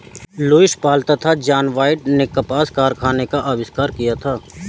Lewis Paul तथा John Wyatt ने कपास कारखाने का आविष्कार किया था